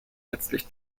letztlich